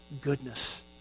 goodness